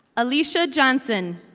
alisha johnson,